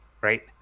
Right